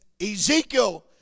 Ezekiel